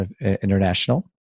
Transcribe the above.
International